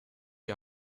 die